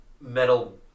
metal